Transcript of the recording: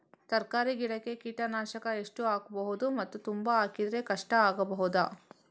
ತರಕಾರಿ ಗಿಡಕ್ಕೆ ಕೀಟನಾಶಕ ಎಷ್ಟು ಹಾಕ್ಬೋದು ಮತ್ತು ತುಂಬಾ ಹಾಕಿದ್ರೆ ಕಷ್ಟ ಆಗಬಹುದ?